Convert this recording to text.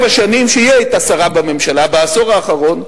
השנים שהיא היתה שרה בממשלה בעשור האחרון,